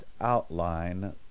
outline